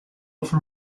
often